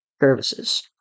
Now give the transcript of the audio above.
services